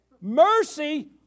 Mercy